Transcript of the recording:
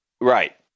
Right